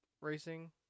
racing